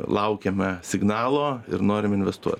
laukiame signalo ir norim investuot